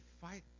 fight